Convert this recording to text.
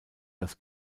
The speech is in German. das